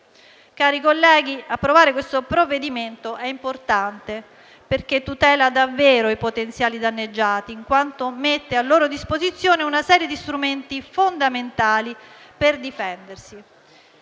Cari colleghi, approvare questo provvedimento è importante, perché tutela davvero i potenziali danneggiati, in quanto mette a loro disposizione una serie di strumenti fondamentali per difendersi.